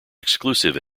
exclusive